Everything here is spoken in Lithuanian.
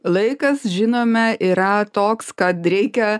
laikas žinome yra toks kad reikia